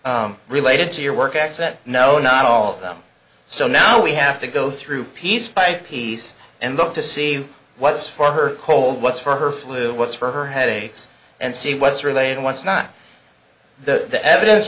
bills related to your work accent no not all of them so now we have to go through piece by piece and look to see what's for her cold what's for her flu what's for her headaches and see what's related what's not the evidence